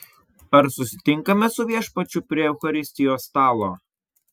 ar susitinkame su viešpačiu prie eucharistijos stalo